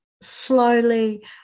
slowly